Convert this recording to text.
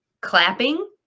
clapping